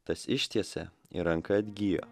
tas ištiesė ir ranka atgijo